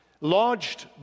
lodged